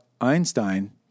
Einstein